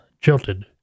jilted